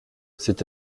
c’est